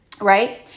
right